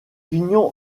pignon